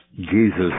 Jesus